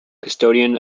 custodian